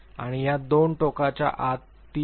आणि या दोन टोकाच्या आत तीन महत्त्वपूर्ण शक्यता आहेत